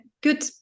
good